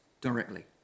directly